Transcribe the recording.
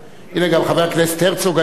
גם חבר הכנסת הרצוג היה אתי,